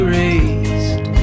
raised